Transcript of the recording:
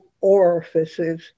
orifices